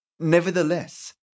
Nevertheless